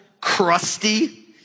crusty